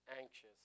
anxious